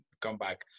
comeback